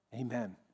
Amen